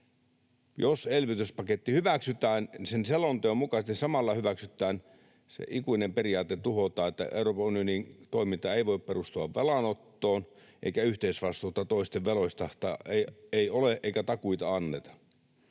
jos elvytyspaketti hyväksytään sen selonteon mukaisesti, samalla se ikuinen periaate tuhotaan, että Euroopan unionin toiminta ei voi perustua velanottoon eikä yhteisvastuuta toisten veloista ole eikä takuita anneta.